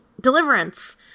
deliverance